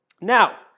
Now